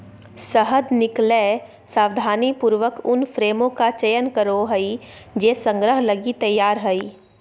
शहद निकलैय सावधानीपूर्वक उन फ्रेमों का चयन करो हइ जे संग्रह लगी तैयार हइ